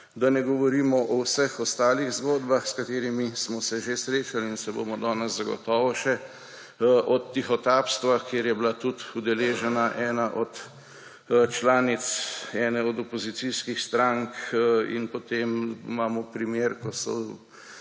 Da ne govorimo o vseh ostalih zgodbah, s katerimi smo se že srečali in se bomo danes zagotovo še. Od tihotapstva, kjer je bila tudi udeležena ena od članic ene od opozicijskih strank, in potem imamo primer, ko so